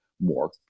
more